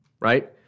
right